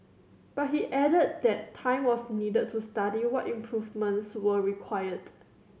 but he added that time was needed to study what improvements were required